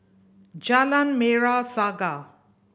Jalan Merah Saga